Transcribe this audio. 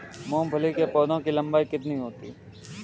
मूंगफली के पौधे की लंबाई कितनी होती है?